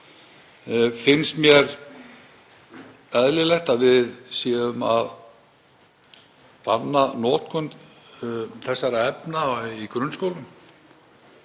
Finnst mér eðlilegt að við séum að banna notkun þessara efna í grunnskólum,